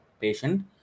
patient